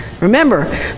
Remember